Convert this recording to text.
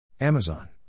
Amazon